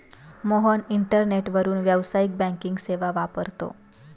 मोहन इंटरनेटवरून व्यावसायिक बँकिंग सेवा वापरतो